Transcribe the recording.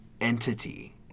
Entity